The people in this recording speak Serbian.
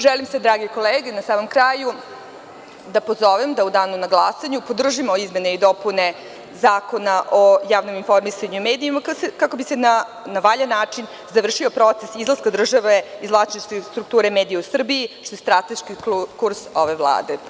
Želim sve drage kolege na samom kraju da pozovem da u Danu za glasanje podržimo izmene i dopune Zakona o javnom informisanju medija, kako bi se na valjan način završio proces izlaska države iz vlasničke strukture medija u Srbiji, što je strateški kurs ove Vlade.